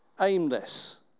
aimless